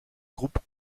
groupe